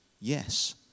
yes